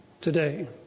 today